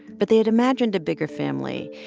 but they had imagined a bigger family,